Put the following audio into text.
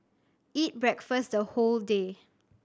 eat breakfast the whole day